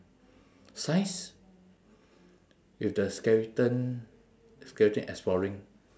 science with the skeleton skeleton exploring